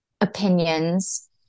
opinions